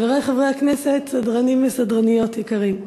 חברי חברי הכנסת, סדרנים וסדרניות יקרים,